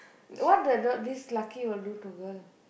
what the dog this lucky will do to girl